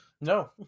No